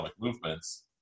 movements